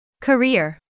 Career